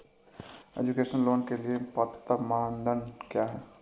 Education loan के लिए पात्रता मानदंड क्या है?